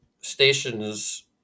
station's